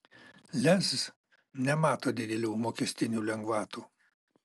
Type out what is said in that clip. lez nemato didelių mokestinių lengvatų